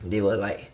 they will like